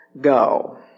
Go